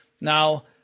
Now